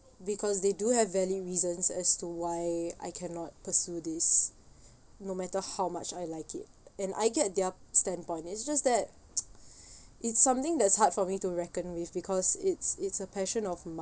because they do have valid reasons as to why I cannot pursue this no matter how much I like it and I get their standpoint it's just that it's something that's hard for me to reckon with because it's it's a passion of